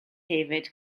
hefyd